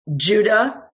Judah